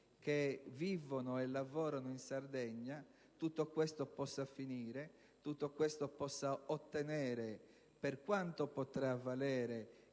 che vivono e lavorano in Sardegna, tutto questo possa finire, tutto questo possa ottenere, per quanto potrà valere,